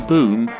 Boom